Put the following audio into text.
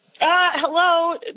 Hello